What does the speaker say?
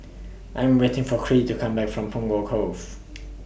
I Am waiting For Creed to Come Back from Punggol Cove